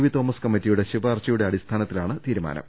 V Thomas കമ്മിറ്റിയുടെ ശുപാർശയുടെ അടിസ്ഥാനത്തിലാണ് തീരുമാനം